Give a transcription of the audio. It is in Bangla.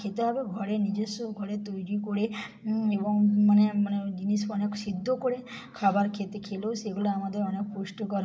খেতে হবে ঘরে নিজস্ব ঘরে তৈরি করে এবং মানে মানে জিনিস অনেক সিদ্ধ করে খাবার খেতে খেলেও সেগুলো আমাদের অনেক পুষ্টিকর